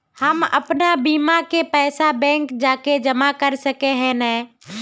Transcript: हम अपन बीमा के पैसा बैंक जाके जमा कर सके है नय?